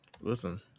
Listen